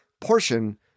portion